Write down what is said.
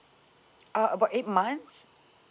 uh about eight months